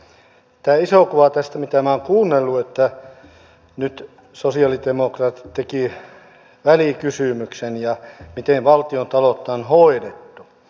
tämä iso kuva tästä mitä minä olen kuunnellut mistä nyt sosialidemokraatit tekivät välikysymyksen ja miten valtiontaloutta on hoidettu